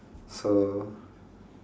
so